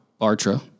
Bartra